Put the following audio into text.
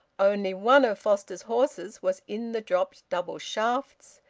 only one of foster's horses was in the dropped double-shafts,